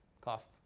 cost